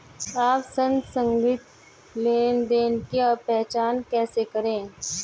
आप संदिग्ध लेनदेन की पहचान कैसे करेंगे?